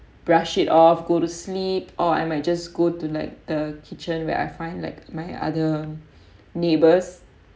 brush it off go to sleep or I might just go to like the kitchen where I find like my other neighbors